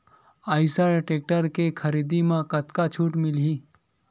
Eicher tractor के खरीदी म कतका छूट मिलही?